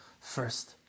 first